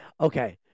Okay